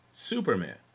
superman